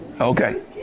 Okay